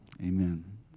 amen